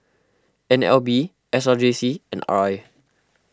N L B S R J C and R I